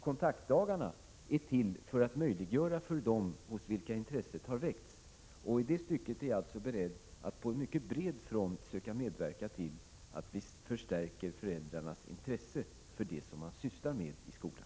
Kontaktdagarna är till för att möjliggöra för dem för vilka intresset har väckts att ta vara på det intresset. I det stycket är jag beredd att på mycket bred front söka medverka till att vi förstärker föräldrarnas intresse för det man sysslar med i skolan.